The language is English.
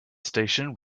station